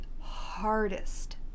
hardest